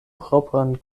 propran